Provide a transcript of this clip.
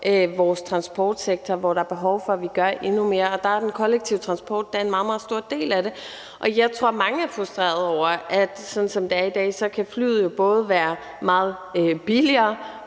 vores transportsektor, hvor der er behov for, at vi gør endnu mere, og der er den kollektive transport en meget, meget stor del af det. Jeg tror, at mange er frustrerede over, at sådan som det er i dag, kan flyet jo både være meget billigere